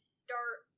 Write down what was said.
start